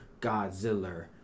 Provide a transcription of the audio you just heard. Godzilla